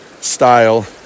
style